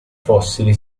fossili